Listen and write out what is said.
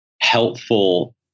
helpful